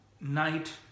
night